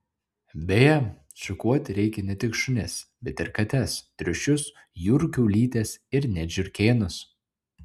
beje šukuoti reikia ne tik šunis bet ir kates triušius jūrų kiaulytes ir net žiurkėnus